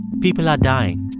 people are dying.